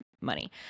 money